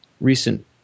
recent